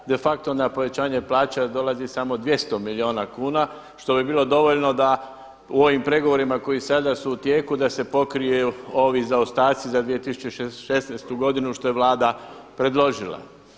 De facto onda povećanje plaća dolazi samo 200 milijuna kuna što bi bilo dovoljno da u ovim pregovorima koji sada su u tijeku da se pokriju ovi zaostatci za 2016. godinu što je Vlada predložila.